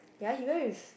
ya he went with